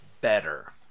better